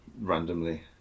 Randomly